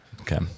Okay